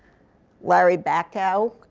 larry bacow